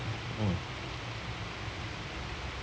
hmm